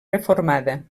reformada